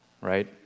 right